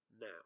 now